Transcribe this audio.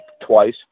twice